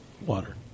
water